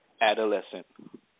adolescent